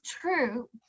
true